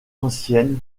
anciennes